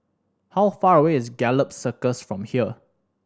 how far away is Gallop Circus from here